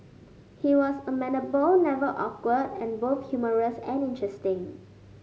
he was amenable never awkward and both humorous and interesting